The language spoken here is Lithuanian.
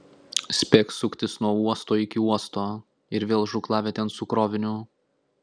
spėk suktis nuo uosto iki uosto ir vėl žūklavietėn su kroviniu